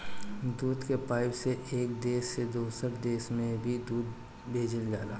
दूध के पाइप से एक देश से दोसर देश में भी दूध भेजल जाला